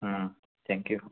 ꯎꯝ ꯊꯦꯡꯀꯤꯌꯨ